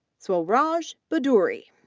swaraj bhaduri,